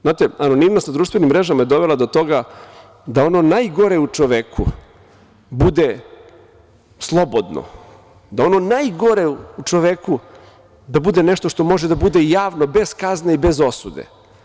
Znate, anonimnost na društvenim mrežama je dovela do toga da ono najgore u čoveku bude slobodno, da ono najgore u čoveku bude nešto što može da bude javno, bez kazne i bez osude.